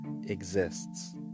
exists